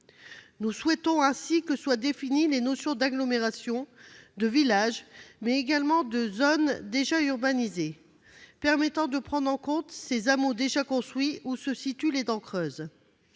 Nous souhaitons ainsi que soient définies les notions d'agglomération, de village, mais également de zone déjà urbanisée, ce qui permettra de prendre en compte les hameaux déjà construits où se situent les dents creuses.